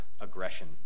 aggression